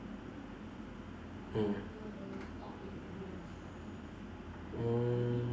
mm mm